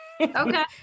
Okay